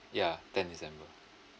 yeah tenth december